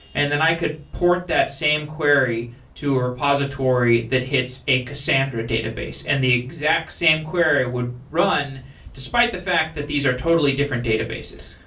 and then i could port that same query to ah repository that hits a cassandra database. and the exact same query would run despite the fact that these are totally different databases?